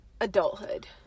adulthood